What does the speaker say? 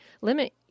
Limit